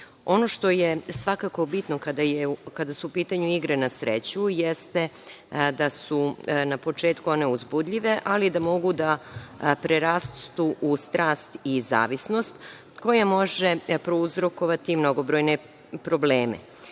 Ono što je svakako bitno kada su u pitanju igre na sreću jeste da su na početku one uzbudljive, ali da mogu da prerastu u strast i zavisnost koja može prouzrokovati mnogobrojne probleme. Prema